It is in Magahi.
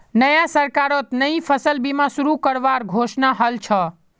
नया सरकारत नई फसल बीमा शुरू करवार घोषणा हल छ